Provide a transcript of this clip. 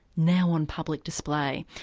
now on public display.